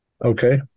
Okay